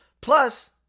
Plus